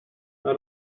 ara